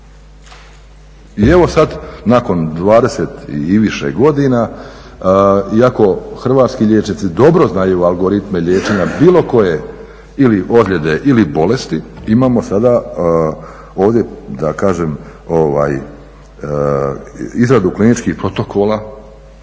I evo sad nakon 20 i više godina, iako hrvatski liječnici dobro znaju algoritme liječenja bilo koje ili ozljede ili bolesti imamo sada ovdje da kažem izradu kliničkih protokola